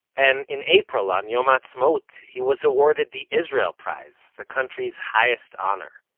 and in april, on yom ha'atzmaut, he was awarded the israel prize, the country's highest honor.